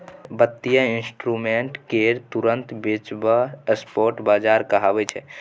बित्तीय इंस्ट्रूमेंट केँ तुरंत बेचब स्पॉट बजार कहाबै छै